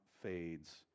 fades